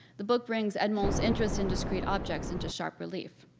the book brings edmond's interest in discrete objects into sharp relief.